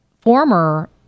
former